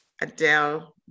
Adele